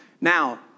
Now